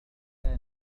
كان